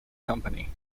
company